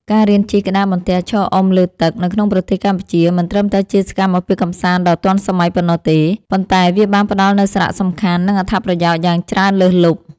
ការរៀនជិះក្តារបន្ទះឈរអុំលើទឹក នៅក្នុងប្រទេសកម្ពុជា មិនត្រឹមតែជាសកម្មភាពកម្សាន្តដ៏ទាន់សម័យប៉ុណ្ណោះទេ ប៉ុន្តែវាបានផ្ដល់នូវសារៈសំខាន់ និងអត្ថប្រយោជន៍យ៉ាងច្រើនលើសលប់។